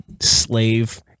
slave